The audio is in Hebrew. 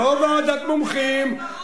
לא ועדת מומחים.